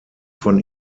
von